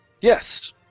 Yes